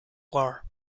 war